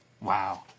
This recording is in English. Wow